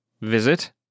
visit